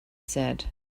said